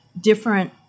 different